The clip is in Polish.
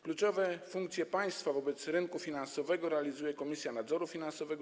Kluczowe funkcje państwa wobec rynku finansowego realizuje Komisja Nadzoru Finansowego.